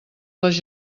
les